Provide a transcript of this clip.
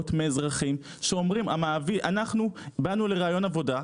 מאזרחים שאומרים 'אנחנו באנו לראיון עבודה,